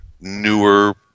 newer